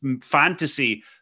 fantasy